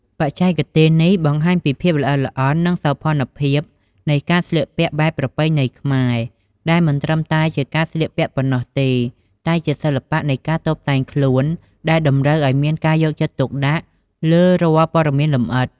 បច្ចេកទេសនេះបង្ហាញពីភាពល្អិតល្អន់ និងសោភ័ណភាពនៃការស្លៀកពាក់បែបប្រពៃណីខ្មែរ ដែលមិនត្រឹមតែជាការស្លៀកពាក់ប៉ុណ្ណោះទេ តែជាសិល្បៈនៃការតុបតែងខ្លួនដែលតម្រូវឲ្យមានការយកចិត្តទុកដាក់លើរាល់ព័ត៌មានលម្អិត។